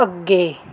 ਅੱਗੇ